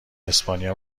اسپانیا